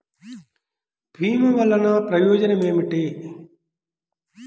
భీమ వల్లన ప్రయోజనం ఏమిటి?